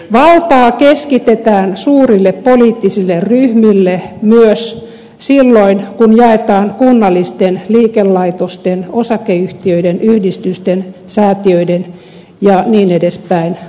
valtaa keskitetään suurille poliittisille ryhmille myös silloin kun jaetaan kunnallisten liikelaitosten osakeyhtiöiden yhdistysten säätiöiden ja niin edelleen